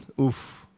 oof